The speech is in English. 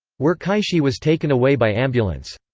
wuerkaixi was taken away by ambulance.